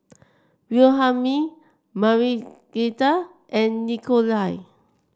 Wilhelmine Marietta and Nikolai